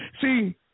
See